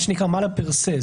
מה שנקרא Mala per se.